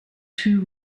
two